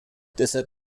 deshalb